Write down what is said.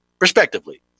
respectively